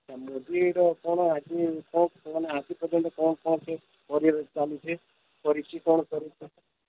ଆଉ ମୋଦିର କ'ଣ ଆଜି କ'ଣ ଆଜି ପର୍ଯ୍ୟନ୍ତ କ'ଣ କ'ଣ ସିଏ କରି ଚାଲୁଛି କରିଛି କ'ଣ କରିଛି